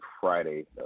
Friday